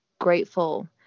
grateful